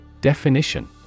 Definition